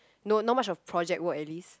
no not much of project work at least